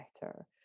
better